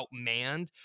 outmanned